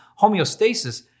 Homeostasis